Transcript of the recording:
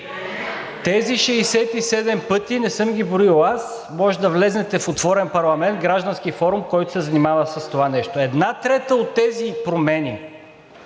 Тези 67 пъти не съм ги броил аз, можете да влезете в „Отворен парламент“ – граждански форум, който се занимава с това нещо. Една трета от тези промени